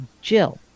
Jill